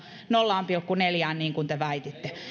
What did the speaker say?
nolla pilkku neljään niin kuin te väititte